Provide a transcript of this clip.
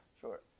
Sure